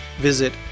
visit